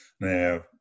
Now